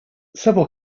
several